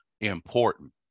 important